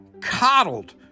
coddled